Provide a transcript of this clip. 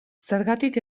zergatik